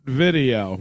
video